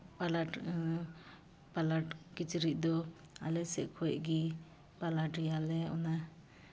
ᱯᱟᱞᱟᱴ ᱯᱟᱞᱟᱴ ᱠᱤᱪᱨᱤᱡ ᱫᱚ ᱟᱞᱮ ᱥᱮᱫ ᱠᱷᱚᱡᱜᱮ ᱯᱟᱞᱟᱴᱮᱭᱟᱞᱮ ᱚᱱᱟ